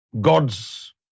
God's